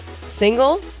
single